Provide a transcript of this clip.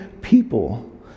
people